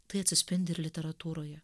tai atsispindi ir literatūroje